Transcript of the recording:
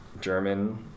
German